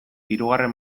hirugarren